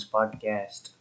Podcast